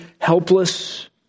helpless